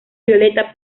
violeta